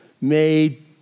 made